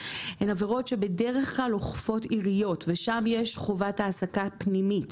הן עבירות שבדרך כלל אוכפות עיריות ושם יש חובת העסקה פנימית.